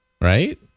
Right